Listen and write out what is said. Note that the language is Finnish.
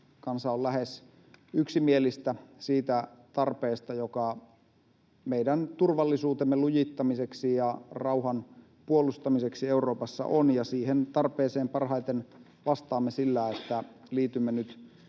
kansa on lähes yksimielistä siitä tarpeesta, joka meidän turvallisuutemme lujittamiseksi ja rauhan puolustamiseksi Euroopassa on, ja siihen tarpeeseen parhaiten vastaamme sillä, että liitymme nyt